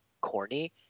corny